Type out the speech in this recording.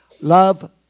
Love